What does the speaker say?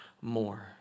more